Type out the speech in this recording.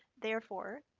therefore,